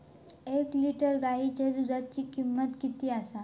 एक लिटर गायीच्या दुधाची किमंत किती आसा?